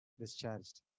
Discharged